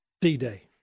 D-Day